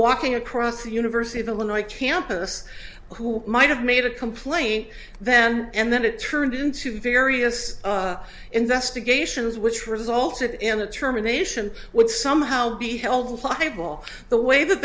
walking across the university of illinois campus who might have made a complaint then and then it turned into various investigations which resulted in the terminations would somehow be held liable the way that